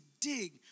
dig